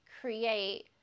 create